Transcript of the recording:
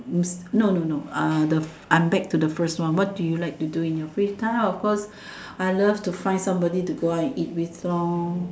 no no no uh the I'm back to the first one what do you like to do in your free time of course I like to find somebody to go out and eat with lor